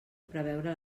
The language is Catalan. preveure